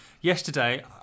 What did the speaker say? Yesterday